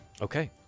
Okay